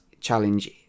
challenge